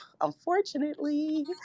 unfortunately